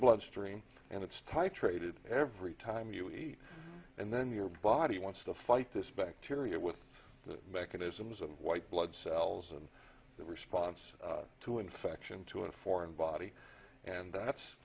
bloodstream and it's titrated every time you eat and then your body wants to fight this bacteria with the mechanisms of white blood cells and the response to infection to a foreign body and that's